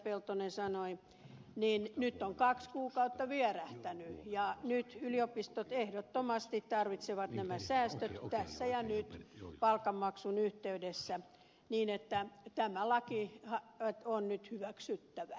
peltonen sanoi niin nyt on kaksi kuukautta vierähtänyt ja nyt yliopistot ehdottomasti tarvitsevat nämä säästöt tässä ja nyt palkanmaksun yhteydessä niin että tämä laki on nyt hyväksyttävä